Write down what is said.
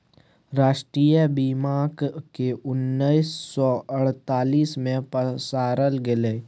राष्ट्रीय बीमाक केँ उन्नैस सय अड़तालीस मे पसारल गेलै